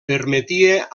permetia